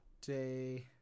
Day